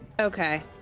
okay